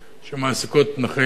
שמעסיקים נכי נפש.